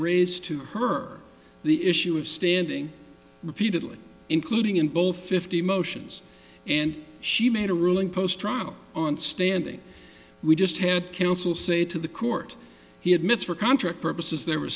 raised to her the issue of standing repeatedly including in both fifty motions and she made a ruling post trial on standing we just had counsel say to the court he admits for contract purposes there w